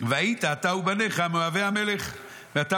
והיית אתה ובניך מאוהבי המלך ואתה